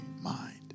mind